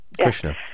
Krishna